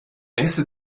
nächste